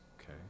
okay